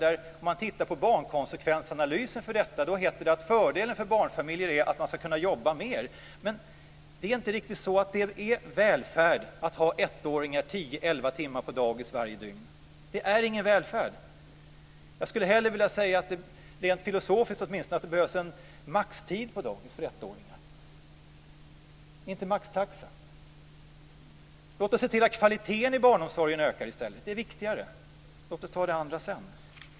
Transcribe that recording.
Om man tittar på barnkonsekvensanalysen för detta heter det att fördelen för barnfamiljer är att man ska kunna jobba mer. Men det är inte riktigt så att det är välfärd att ha ettåringar på dagis tio elva timmar varje dygn. Det är ingen välfärd. Jag skulle hellre, åtminstone rent filosofiskt, säga att det behövs en maxtid på dagis för ettåringar, inte maxtaxa. Låt oss se till att kvaliteten i barnomsorgen ökar i stället. Det är viktigare. Låt oss ta det andra sedan.